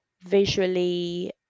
visually